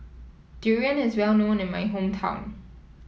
Durian is well known in my hometown